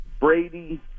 Brady